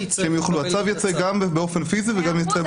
הצו ייצא גם באופן פיזי וגם באופן דיגיטלי.